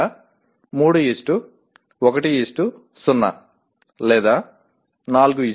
లేదా 310 లేదా 400